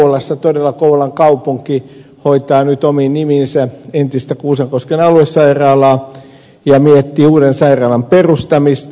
kouvolassa todella kouvolan kaupunki hoitaa nyt omiin nimiinsä entistä kuusankosken aluesairaalaa ja miettii uuden sairaalan perustamista